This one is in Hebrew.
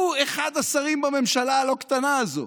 הוא אחד השרים בממשלה הלא-קטנה הזאת.